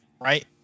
right